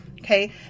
Okay